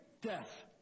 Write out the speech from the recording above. death